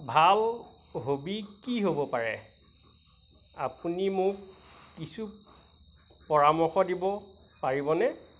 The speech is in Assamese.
ভাল হ'বী কি হ'ব পাৰে আপুনি মোক কিছু পৰামৰ্শ দিব পাৰিবনে